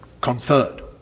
conferred